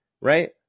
right